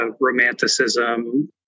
romanticism